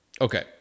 Okay